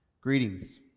Greetings